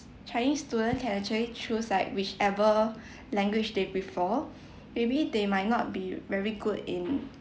chinese student can actually choose like whichever language they prefer maybe they might not be very good in